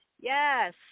Yes